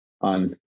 on